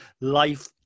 life